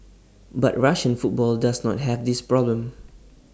but Russian football does not have this problem